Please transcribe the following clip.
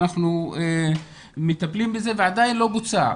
שאנחנו מטפלים בזה ועדיין לא בוצע.